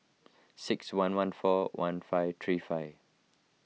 six one one four one five three five